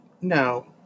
no